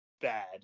bad